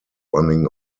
running